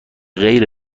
غیر